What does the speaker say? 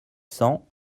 cents